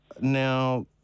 now